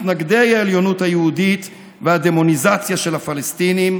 מתנגדי העליונות היהודית והדמוניזציה של הפלסטינים,